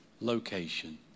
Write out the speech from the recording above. location